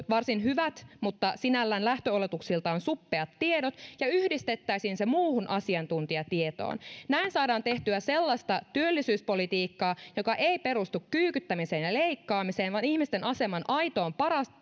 varsin hyvät mutta sinällään lähtöoletuksiltaan suppeat tiedot ja yhdistettäisiin ne muuhun asiantuntijatietoon näin saadaan tehtyä sellaista työllisyyspolitiikkaa joka ei perustu kyykyttämiseen ja leikkaamiseen vaan ihmisten aseman aitoon